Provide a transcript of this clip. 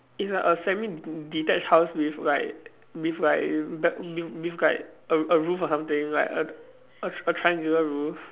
is like a semi de~ detached house with like with like with like a a roof or something like a a a triangular roof